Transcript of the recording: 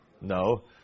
No